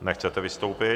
Nechcete vystoupit.